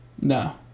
No